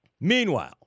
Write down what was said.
meanwhile